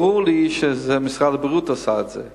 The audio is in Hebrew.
ברור לי שמשרד הבריאות עשה את זה,